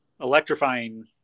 electrifying